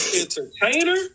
entertainer